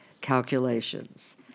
calculations